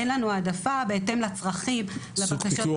אין לנו העדפה בהתאם לצרכים --- סוג פיקוח